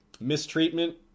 mistreatment